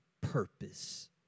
purpose